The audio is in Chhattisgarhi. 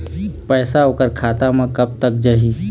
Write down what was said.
पैसा ओकर खाता म कब तक जाही?